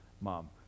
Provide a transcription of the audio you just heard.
Mom